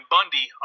Bundy